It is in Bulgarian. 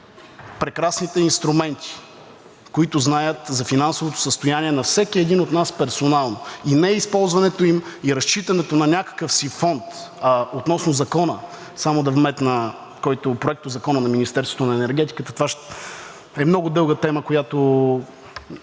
прекрасните инструменти, които знаят за финансовото състояние на всеки един от нас персонално и неизползването им и разчитането на някакъв си фонд… А относно закона, само да вметна, проектозакона на Министерството на енергетиката – това е много дълга тема.